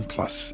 Plus